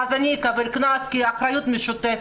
ואז אני אקבל קנס כי האחריות משותפת.